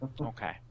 Okay